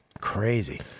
Crazy